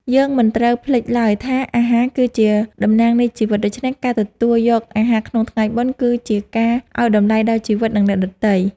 យើងមិនត្រូវភ្លេចឡើយថាអាហារគឺជាតំណាងនៃជីវិត ដូច្នេះការទទួលយកអាហារក្នុងថ្ងៃបុណ្យគឺជាការឱ្យតម្លៃដល់ជីវិតនិងអ្នកដទៃ។